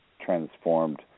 transformed